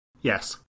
Yes